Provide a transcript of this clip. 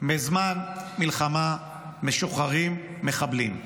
בזמן מלחמה משוחררים מחבלים.